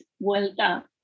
Vuelta